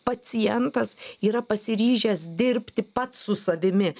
pacientas yra pasiryžęs dirbti pats su savimi